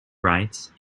rights